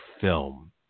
film